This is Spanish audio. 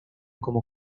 como